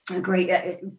great